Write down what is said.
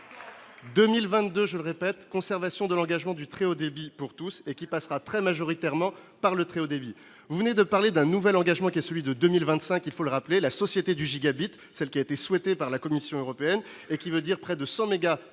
2022, je répète, conservation de l'engagement du très haut débit pour tous et qui passera très majoritairement par le très haut débit, vous venez de parler d'un nouvel engagement qui est celui de 2025, il faut le rappeler, la société du gigabit, celle qui a été souhaité par la Commission européenne et qui veut dire près de 100 mégas